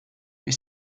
est